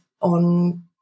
on